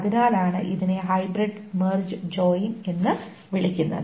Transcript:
അതിനാലാണ് ഇതിനെ hybrid merge join എന്ന് വിളിക്കുന്നത്